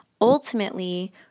ultimately